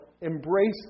embrace